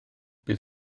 bydd